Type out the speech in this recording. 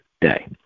day